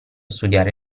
studiare